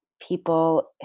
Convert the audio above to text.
people